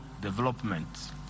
development